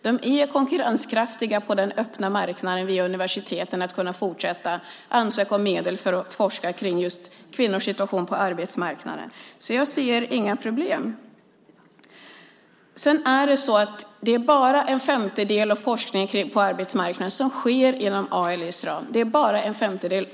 De är via universiteten konkurrenskraftiga på den öppna marknaden och kan fortsätta att ansöka om medel till att forska kring kvinnors situation på arbetsmarknaden. Jag ser alltså inga problem. Endast en femtedel av forskningen på arbetsmarknaden sker inom ALI:s ram.